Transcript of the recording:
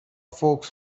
folks